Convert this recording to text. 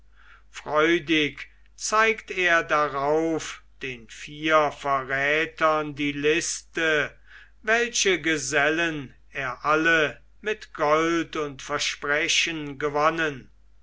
freudig zeigt er darauf den vier verrätern die liste welche gesellen er alle mit gold und versprechen gewonnen